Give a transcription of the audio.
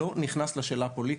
אני לא נכנס לשאלה פוליטית,